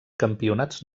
campionats